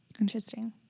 Interesting